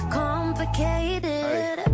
complicated